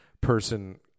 person